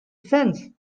sense